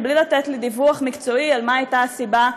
בלי לתת דיווח מקצועי מה הייתה הסיבה,